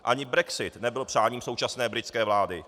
Ani brexit nebyl přáním současné britské vlády.